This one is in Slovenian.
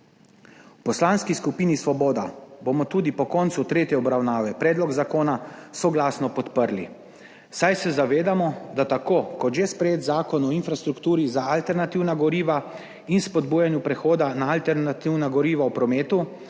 V Poslanski skupini Svoboda bomo tudi po koncu tretje obravnave predlog zakona soglasno podprli, saj se zavedamo, da tako kot že sprejet Zakon o infrastrukturi za alternativna goriva in spodbujanju prehoda na alternativna goriva v prometu,